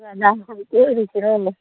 ꯀꯣꯏꯔꯨꯁꯤꯔꯣ ꯅꯦ